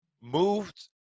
moved